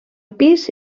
tres